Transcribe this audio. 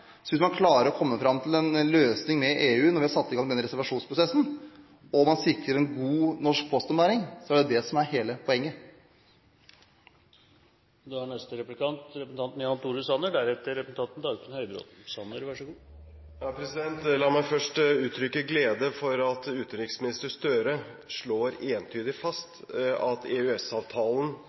Så hvis man klarer å komme fram til en løsning med EU når vi har satt i gang denne reservasjonsprosessen, og man sikrer en god norsk postombæring, så er det det som er hele poenget. La meg først uttrykke glede over at utenriksminister Gahr Støre slår entydig fast at